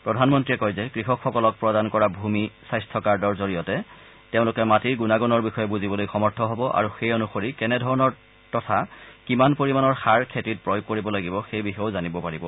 প্ৰধানমন্ত্ৰীয়ে কয় যে কৃষকসকলক প্ৰদান কৰা ভূমি স্বাস্থ্যকাৰ্ডৰ জৰিয়তে তেওঁলোকে মাটিৰ গুণাগুণৰ বিষয়ে বুজিবলৈ সমৰ্থ হ'ব আৰু সেই অনুসৰি কেনে ধৰণৰ তথা কিমান পৰিমাণৰ সাৰ খেতিত প্ৰয়োগ কৰিব লাগিব সেই বিষয়েও জানিব পাৰিব